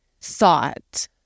thought